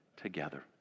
together